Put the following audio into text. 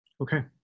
Okay